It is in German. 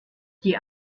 die